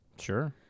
Sure